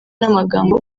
n’amagambo